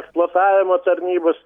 eksploatavimo tarnybos